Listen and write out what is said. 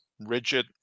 rigid